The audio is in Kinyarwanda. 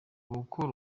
gukora